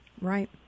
right